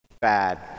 bad